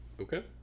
Okay